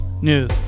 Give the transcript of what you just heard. news